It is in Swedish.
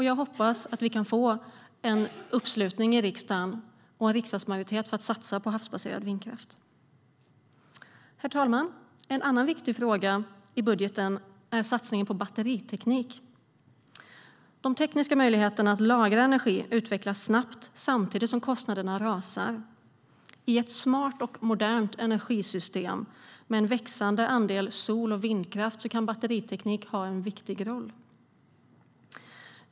Jag hoppas att vi kan få en uppslutning i riksdagen och en riksdagsmajoritet för att satsa på havsbaserad vindkraft. Herr talman! En annan viktig fråga i budgeten är satsningen på batteriteknik. De tekniska möjligheterna att lagra energi utvecklas snabbt, samtidigt som kostnaderna rasar. I ett smart och modernt energisystem, med en växande andel sol och vindkraft, kan batteriteknik ha en viktig roll.